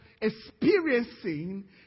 experiencing